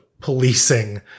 policing